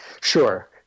Sure